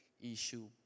issue